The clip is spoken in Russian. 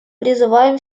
призываем